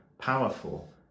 powerful